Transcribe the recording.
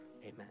Amen